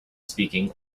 speaking